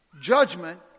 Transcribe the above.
judgment